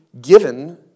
given